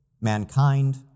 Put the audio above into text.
mankind